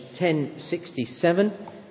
1067